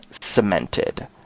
cemented